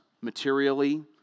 materially